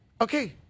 okay